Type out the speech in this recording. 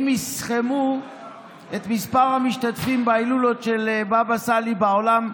אם יסכמו את מספר המשתתפים בהילולות של בבא סאלי בעולם,